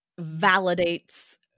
validates